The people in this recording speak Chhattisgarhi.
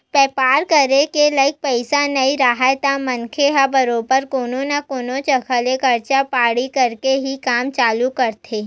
बेपार करे के लइक पइसा नइ राहय त मनखे ह बरोबर कोनो न कोनो जघा ले करजा बोड़ी करके ही काम चालू करथे